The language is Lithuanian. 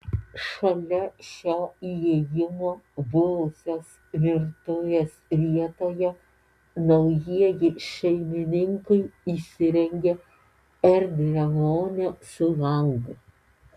šalia šio įėjimo buvusios virtuvės vietoje naujieji šeimininkai įsirengė erdvią vonią su langu